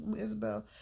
Isabel